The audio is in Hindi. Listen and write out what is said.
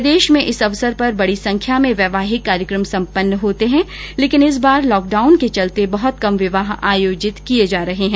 प्रदेश में इस अवसर पर बड़ी संख्या में वैवाहिक कार्यक्रम संपन्न होते है लेकिन इस बार लॉकडाउन के चलते बहुत कम विवाह आयोजित हो रहे है